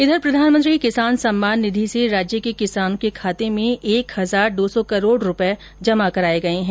इधर प्रधानमंत्री किसान सम्मान निथि से राज्य के किसानों के खाते में एक इजार दो सौ करोड़ रूपए जमा कराए गए है